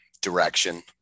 direction